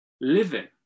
living